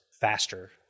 faster